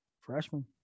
Freshman